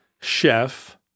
chef